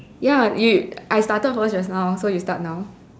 ya you I started first just now so you start now